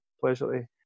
pleasure